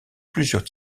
plusieurs